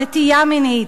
נטייה מינית.